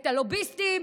את הלוביסטים,